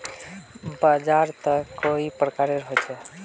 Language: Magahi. बाजार त कई प्रकार होचे?